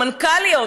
המנכ"ליות,